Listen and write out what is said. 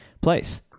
place